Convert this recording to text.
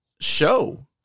show